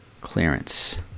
Clearance